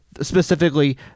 specifically